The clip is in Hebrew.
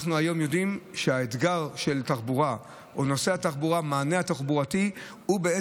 היום אנחנו יודעים שהאתגר של תחבורה או נושא התחבורה,